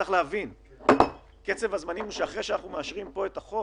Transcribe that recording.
צריך להבין, רק אחרי שאנחנו מאשרים פה את החוק